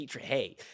hey